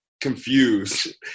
confused